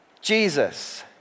Jesus